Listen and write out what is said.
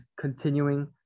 continuing